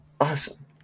Awesome